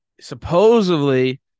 supposedly